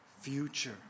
future